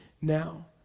now